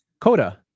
Coda